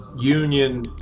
union